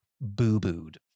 boo-booed